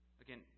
Again